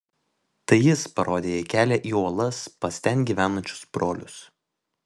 tai jis parodė jai kelią į uolas pas ten gyvenančius brolius